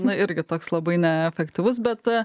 na irgi toks labai neefektyvus bet